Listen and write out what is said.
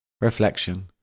Reflection